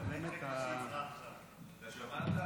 אתה שמעת,